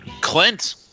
Clint